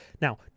Now